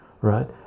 right